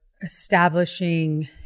establishing